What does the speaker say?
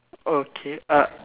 okay uh